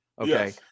Okay